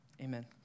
Amen